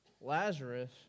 Lazarus